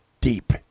deep